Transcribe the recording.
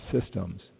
systems